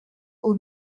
aux